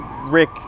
Rick